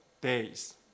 days